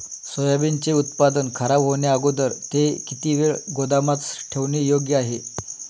सोयाबीनचे उत्पादन खराब होण्याअगोदर ते किती वेळ गोदामात ठेवणे योग्य आहे?